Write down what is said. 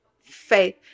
faith